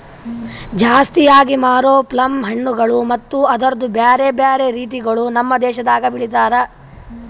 ಜಾಸ್ತಿ ಆಗಿ ಮಾರೋ ಪ್ಲಮ್ ಹಣ್ಣುಗೊಳ್ ಮತ್ತ ಅದುರ್ದು ಬ್ಯಾರೆ ಬ್ಯಾರೆ ರೀತಿಗೊಳ್ ನಮ್ ದೇಶದಾಗ್ ಬೆಳಿತಾರ್